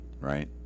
right